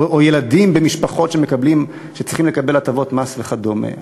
או ילדים במשפחות שצריכים לקבל הטבות מס וכדומה,